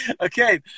Okay